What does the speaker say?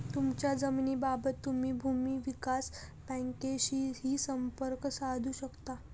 तुमच्या जमिनीबाबत तुम्ही भूमी विकास बँकेशीही संपर्क साधू शकता